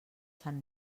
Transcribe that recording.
sant